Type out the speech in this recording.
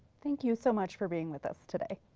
thank you so much for being with us today.